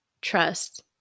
trust